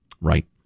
Right